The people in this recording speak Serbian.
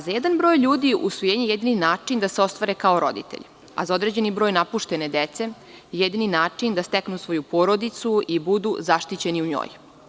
Za jedan broj ljudi usvojenje jedini je način da se ostvare kao roditelji, a za određeni broj napuštene dece, jedini način da steknu svoju porodicu i budu zaštićeni u njoj.